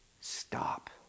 stop